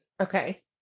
okay